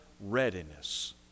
readiness